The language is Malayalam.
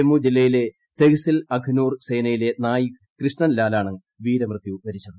ജമ്മു ജില്ലയിലെ തെഹ്സിൽ അഖ്നൂർ സേനയിലെ പ്ത്നായിക് കൃഷ്ണൻ ലാലാണ് വീരമൃത്യു വരിച്ചത്